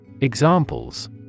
Examples